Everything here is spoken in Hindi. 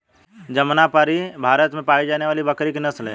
जमनापरी भारत में पाई जाने वाली बकरी की नस्ल है